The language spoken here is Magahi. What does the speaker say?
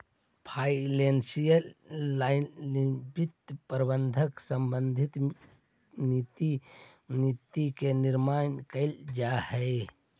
फाइनेंशियल एनालिस्ट वित्त प्रबंधन संबंधी नीति के निर्माण करऽ हइ